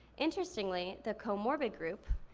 interestingly, the co-morbid group,